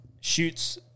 shoots